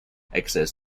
access